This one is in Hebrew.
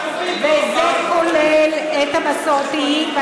וזה כולל את המסורתיים,